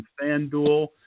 FanDuel